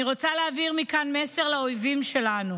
אני רוצה להעביר מכאן מסר לאויבים שלנו